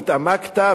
שהתעמקת,